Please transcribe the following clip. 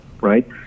right